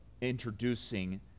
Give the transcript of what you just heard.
introducing